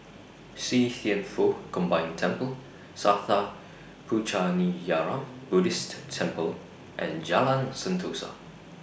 See Thian Foh Combined Temple Sattha Puchaniyaram Buddhist Temple and Jalan Sentosa